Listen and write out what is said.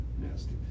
nasty